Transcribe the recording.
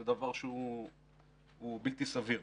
זה דבר שהוא בלתי סביר.